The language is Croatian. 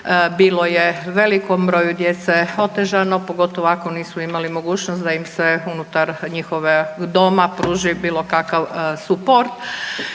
bilo je velikom broju djece otežano pogotovo ako nisu imali mogućnost da im se unutar njihovog doma pruži bilo kakav suport.